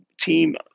team